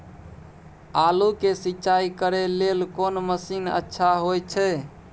आलू के सिंचाई करे लेल कोन मसीन अच्छा होय छै?